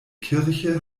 kirche